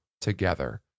together